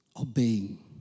Obeying